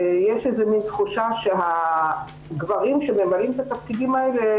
יש מן תחושה שהגברים שממלאים את התפקידים האלה,